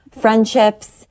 friendships